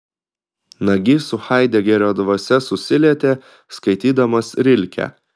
nagys su haidegerio dvasia susilietė skaitydamas rilkę